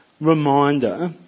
reminder